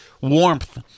warmth